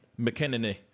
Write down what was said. McKinney